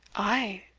ay!